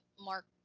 Mark